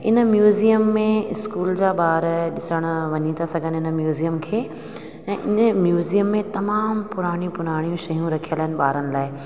हिन म्यूज़ियम में इस्कूल जा ॿार ॾिसण वञी था सघनि हिन म्यूज़ियम खे ऐं हिन म्यूज़ियम में तमामु पुराणियूं पुराणियूं शयूं रखियल आहिनि ॿारनि लाइ